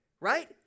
right